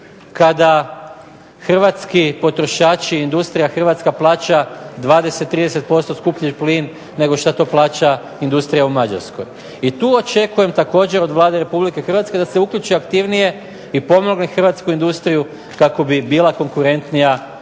kada hrvatski potrošači, industrija hrvatska plaća 20, 30% skuplji plin nego šta to plaća industrija u Mađarskoj. I tu očekujem također od Vlade Republike Hrvatske da se uključe aktivnije i pomogne hrvatsku industriju kako bi bila konkurentnija pogotovo